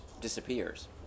disappears